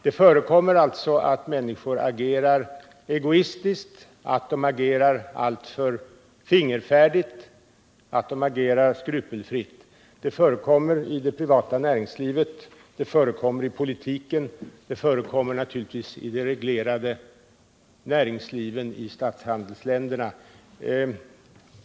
Det förekommer alltså att människor agerar egoistiskt, att de agerar alltför fingerfärdigt, att de agerar skrupelfritt. Det förekommer i det privata näringslivet, i politiken och naturligtvis även i det reglerade näringslivet i statshandelsländerna.